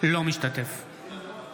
אינו משתתף בהצבעה